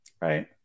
Right